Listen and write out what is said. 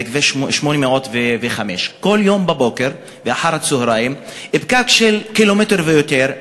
זה כביש 805. כל יום בבוקר ואחר-הצהריים פקק של קילומטר ויותר,